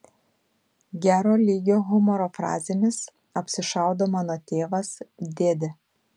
gero lygio humoro frazėmis apsišaudo mano tėvas dėdė